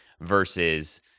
versus